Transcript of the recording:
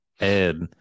Ed